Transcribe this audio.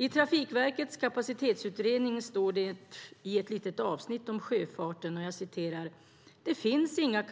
I Trafikverkets kapacitetsutredning står det i ett litet avsnitt om sjöfarten: "Det finns ingen